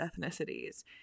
ethnicities